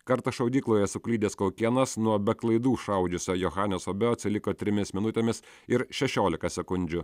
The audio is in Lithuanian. kartą šaudykloje suklydęs kaukėnas nuo be klaidų šaudžiusio johaneso beu atsiliko trimis minutėmis ir šešiolika sekundžių